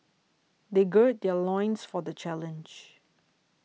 they gird their loins for the challenge